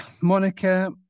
Monica